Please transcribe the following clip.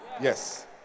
Yes